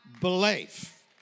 belief